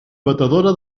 batedora